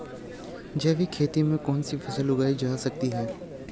जैविक खेती में कौन कौन सी फसल उगाई जा सकती है?